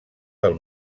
del